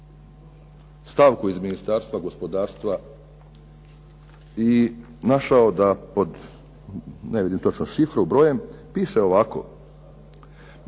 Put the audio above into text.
stavku iz Ministarstva gospodarstva i našao da pod, ne vidim točno šifru, brojem piše ovako: